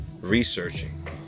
researching